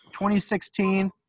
2016